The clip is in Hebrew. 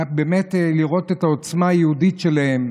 היה באמת, לראות את העוצמה היהודית שלהם.